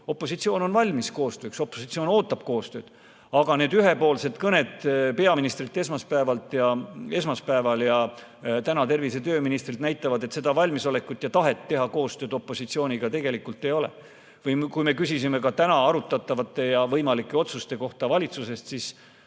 Opositsioon on valmis koostööks, opositsioon ootab koostööd. Aga need ühepoolsed kõned peaministrilt esmaspäeval ja täna tervise‑ ja tööministrilt näitavad, et seda valmisolekut ja tahet teha opositsiooniga koostööd tegelikult ei ole. Kui me küsisime täna valitsuses arutatavate võimalike otsuste kohta, siis